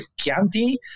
Chianti